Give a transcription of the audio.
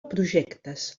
projectes